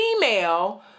female